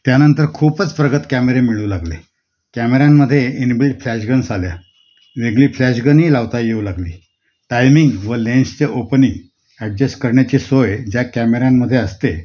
त्यानंतर खूपच प्रगत कॅमेरे मिळू लागले कॅमेऱ्यांमध्ये इनबिल्ट फ्लॅशगन्स आल्या वेगळी फ्लॅशगनही लावता येऊ लागली टायमिंग व लेन्सचे ओपनिंग ॲडजेस्ट करण्याची सोय ज्या कॅमेऱ्यांमध्ये असते